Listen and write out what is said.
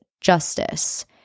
justice